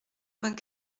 vingt